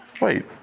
Wait